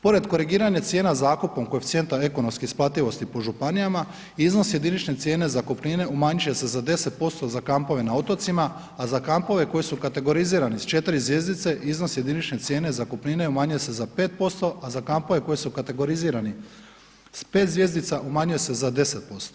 Pored korigiranja cijena zakupom koeficijentom ekonomske isplativosti po županijama iznos jedinične cijene zakupnine umanjit će se za 10% za kampove na otocima, a za kampove koji su kategorizirani s 4 zvjezdice iznos jedinične cijene zakupnine umanjuje se za 5%, a za kampove koji su kategorizirani s 5 zvjezdica umanjuje se za 10%